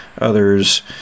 others